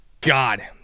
God